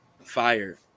fire